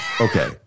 Okay